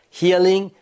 healing